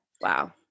Wow